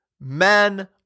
Men